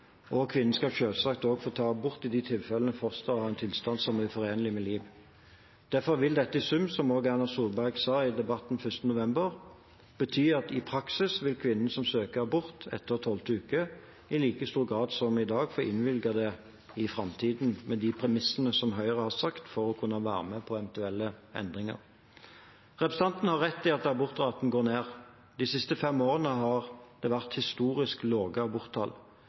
og kvinnen skal selvsagt også få ta abort i de tilfellene fosteret har en tilstand som er uforenlig med liv. Derfor vil dette, som også Erna Solberg sa i Debatten 1. november, i praksis bety at kvinner som søker abort etter tolvte uke, i like stor grad som i dag får innvilget det i framtiden med de premissene som Høyre har satt for å kunne være med på eventuelle endringer. Representanten har rett i at abortraten går ned. De siste fem årene har det vært historisk